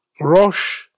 Rosh